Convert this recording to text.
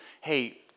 hey